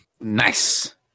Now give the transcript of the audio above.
nice